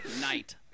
night